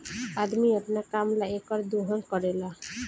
अदमी अपना काम ला एकर दोहन करेला